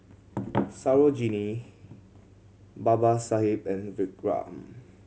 Sarojini Babasaheb and Vikram